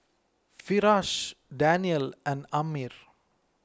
Firash Daniel and Ammir